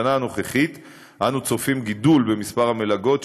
בשנה הנוכחית אנו צופים גידול במספר המלגות,